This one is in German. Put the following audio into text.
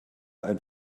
ein